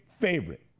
favorite